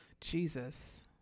Jesus